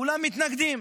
כולם מתנגדים.